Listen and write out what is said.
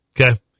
Okay